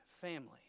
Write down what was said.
family